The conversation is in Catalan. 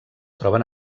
troben